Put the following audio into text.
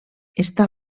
està